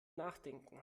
nachdenken